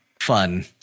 fun